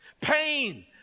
Pain